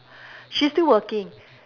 she still working